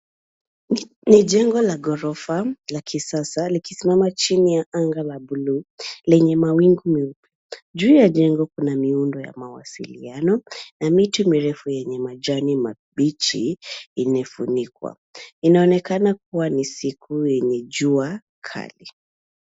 Ni jengo la ghorofa la kisasa likisimama chini ya anga la buluu lenye mawingu meupe. Juu ya jengo kuna miundo ya mawasiliano na miti mirefu yenye majani mabichi imefunikwa. Inaonekana kuwa ni siku yenye jua kali.